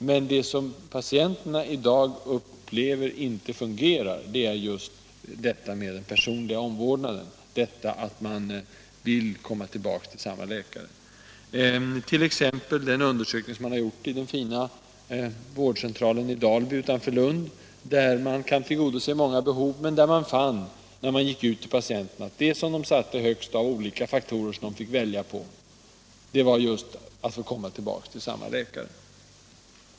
Men det som patienterna i dag upplever så starkt är att den personliga omvårdnaden inte fungerar. Man vill komma tillbaka till samma läkare. Det har t.ex. gjorts en undersökning vid den fina vårdcentralen i Dalby utanför Lund, där man kan tillgodose många behov, som visade, efter att man hade gått ut till patienterna, att det de satte högst av olika faktorer de fick välja mellan var just att få komma tillbaka till samma läkare.